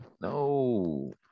No